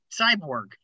Cyborg